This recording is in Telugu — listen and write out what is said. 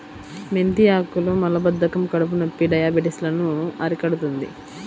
మెంతి ఆకులు మలబద్ధకం, కడుపునొప్పి, డయాబెటిస్ లను అరికడుతుంది